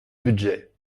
budget